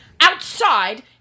outside